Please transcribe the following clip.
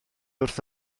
wrth